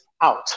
out